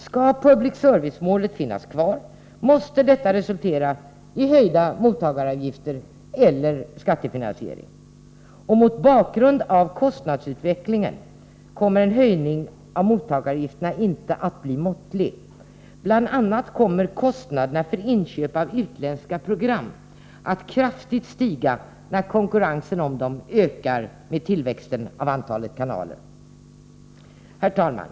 Skall public service-målet finnas kvar, måste detta resultera i höjda mottagaravgifter eller skattefinansiering. Mot bakgrund av kostnadsutvecklingen lär en höjning av mottagaravgifterna inte bli måttlig. Bl. a. kommer kostnaderna för inköp av utländska program att kraftigt stiga när konkurrensen om programmen ökar i takt med tillväxten av antalet kanaler. Herr talman!